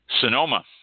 Sonoma